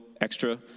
extra